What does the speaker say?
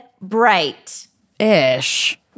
Bright-ish